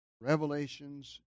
Revelations